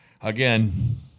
again